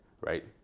right